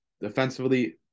defensively